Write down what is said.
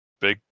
big